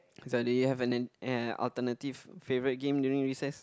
you have an uh alternative favourite game during recess